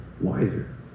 wiser